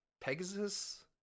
Pegasus